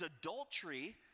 adultery